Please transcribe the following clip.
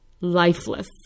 lifeless